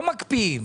לא מקפיאים.